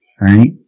Right